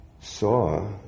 saw